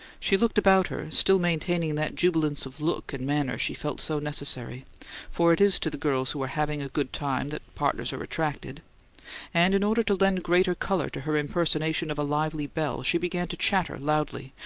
she looked about her, still maintaining that jubilance of look and manner she felt so necessary for it is to the girls who are having a good time that partners are attracted and, in order to lend greater colour to her impersonation of a lively belle, she began to chatter loudly,